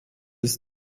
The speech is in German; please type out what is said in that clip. ist